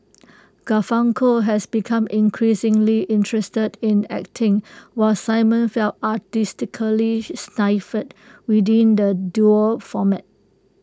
Garfunkel has become increasingly interested in acting while simon felt artistically stifled within the duo format